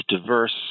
diverse